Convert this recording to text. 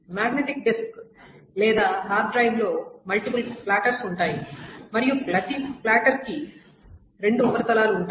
magnetic disk లేదా hard డ్రైవ్లో multiple platters ఉంటాయి మరియు ప్రతి ప్లాటర్ కి రెండు ఉపరితలాలు ఉంటాయి